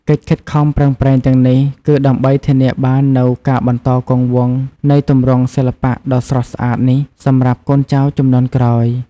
កិច្ចខិតខំប្រឹងប្រែងទាំងនេះ គឺដើម្បីធានាបាននូវការបន្តគង់វង្សនៃទម្រង់សិល្បៈដ៏ស្រស់ស្អាតនេះសម្រាប់កូនចៅជំនាន់ក្រោយ។